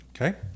Okay